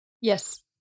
Yes